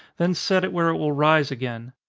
then set it where it will rise again.